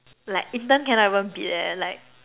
like intern cannot even beat leh like